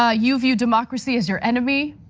ah you view democracy as your enemy,